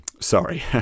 Sorry